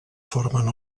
formen